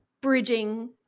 bridging